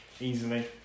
easily